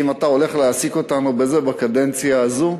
כי אם אתה הולך להעסיק אותנו בזה בקדנציה הזאת,